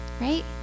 right